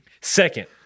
Second